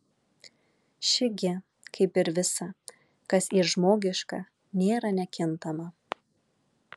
ši gi kaip ir visa kas yr žmogiška nėra nekintama